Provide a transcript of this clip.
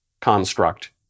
construct